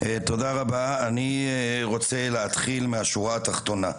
אני רוצה להתחיל מהשורה התחתונה.